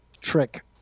trick